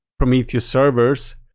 prometheus servers,